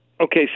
Okay